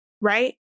right